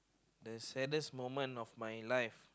the saddest moment of my life